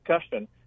discussion